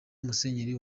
musenyeri